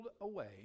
away